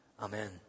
Amen